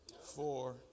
four